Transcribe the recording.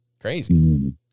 Crazy